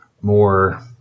more